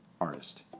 artist